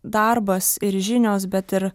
darbas ir žinios bet ir